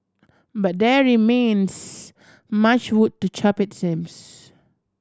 but there remains much wood to chop it seems